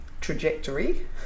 trajectory